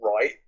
right